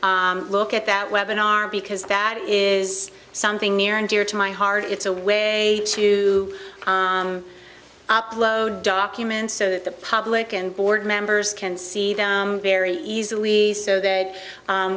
look at that weapon our because that is something near and dear to my heart it's a way to upload documents so that the public and board members can see that very easily the so that